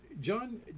John